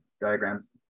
diagrams